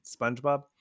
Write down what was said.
SpongeBob